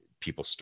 people